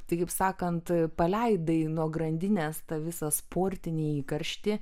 tai kaip sakant paleidai nuo grandinės tą visą sportinį įkarštį